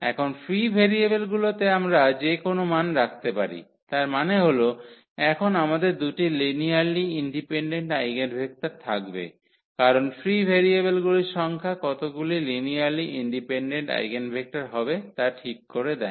এখন ফ্রি ভেরিয়েবলগুলিতে আমরা যে কোনও মান রাখতে পারি তার মানে হল এখন আমাদের দুটি লিনিয়ারলি ইন্ডিপেন্ডেন্ট আইগেনভেক্টর থাকবে কারণ ফ্রি ভেরিয়েবলগুলির সংখ্যা কতগুলো লিনিয়ারলি ইন্ডিপেন্ডেন্ট আইগেনভেক্টর হবে তা ঠিক করে দেয়